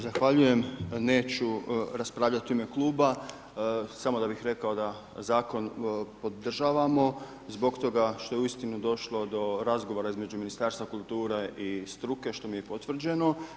Zahvaljujem neću raspravljati u ime kluba, samo da bih rekao da zakon podržavamo zbog toga što je uistinu došlo do razgovora između Ministarstva kulture i struke, što mi je potvrđeno.